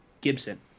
Gibson